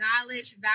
knowledge